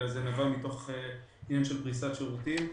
אלא מתוך עניין של פריסת שירותים.